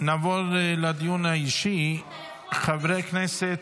נעבור לדיון האישי, חברי הכנסת.